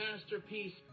masterpiece